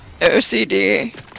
OCD